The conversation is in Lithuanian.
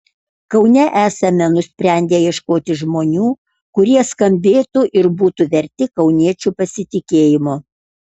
kaune esame nusprendę ieškoti žmonių kurie skambėtų ir būtų verti kauniečių pasitikėjimo